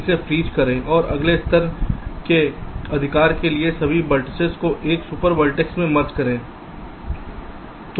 इसे फ्रीज करें और अगले स्तर के अधिकार के लिए सभी वेर्तिसेस को एक ही सुपर वर्टेक्स में मर्ज करें